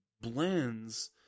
blends